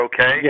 okay